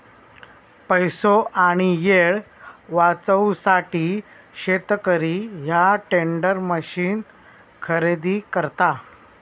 पैसो आणि येळ वाचवूसाठी शेतकरी ह्या टेंडर मशीन खरेदी करता